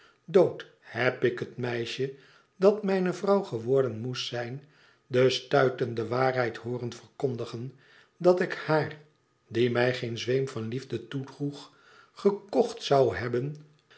dood heb ik het meisje dat mijne vrouw geworden moest zijn de stuitende waarheid hooren verkondigen dat ik haar die mij geen zweem van liefde toedroeg gekocht zou hebben